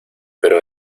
pero